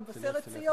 במבשרת-ציון,